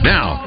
Now